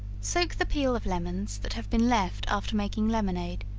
soak the peel of lemons that have been left after making lemonade,